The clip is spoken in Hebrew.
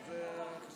מה?